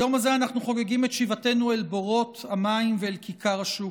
היום הזה אנחנו חוגגים את שיבתנו אל בורות המים ואל כיכר השוק.